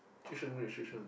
Zhi-Sheng rich Zhi-Sheng